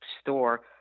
store